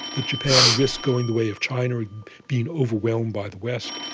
that japan risked going the way of china and being overwhelmed by the west.